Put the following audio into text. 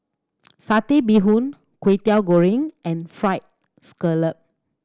Satay Bee Hoon Kwetiau Goreng and Fried Scallop